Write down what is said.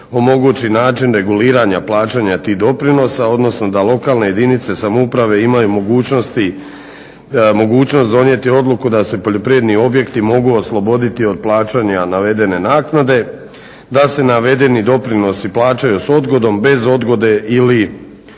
omogući način reguliranja plaćanja tih doprinosa odnosno da lokalne jedinice samouprave imaju mogućnosti donijeti odluku da se poljoprivredni objekti mogu osloboditi od plaćanja navedene naknade, da se navedeni doprinosi plaćaju s odgodom, bez odgode ili